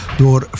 door